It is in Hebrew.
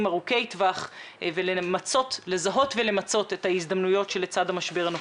ארוכי טווח ולזהות ולמצות את ההזדמנויות שלצד המשבר הנוכחי.